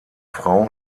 frau